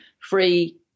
free